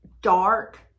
dark